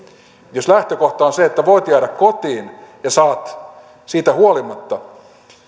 jos lähtökohta on se että voit jäädä kotiin ja saat siitä huolimatta